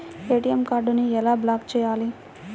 ATM కార్డుని ఎలా block చేయాలి?